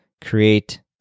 create